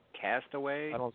Castaway